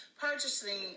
purchasing